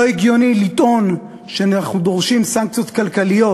לא הגיוני לטעון שאנחנו דורשים סנקציות כלכליות,